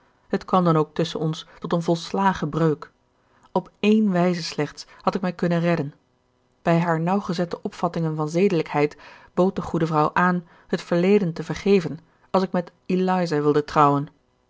het kwam dan ook tusschen ons tot een volslagen breuk op ééne wijze slechts had ik mij kunnen redden bij haar nauwgezette opvattingen van zedelijkheid bood de goede vrouw aan het verleden te vergeven als ik met eliza wilde trouwen